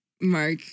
Mark